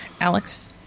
Alex